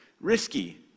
risky